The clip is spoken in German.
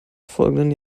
folgenden